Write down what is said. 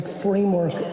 framework